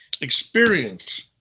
experience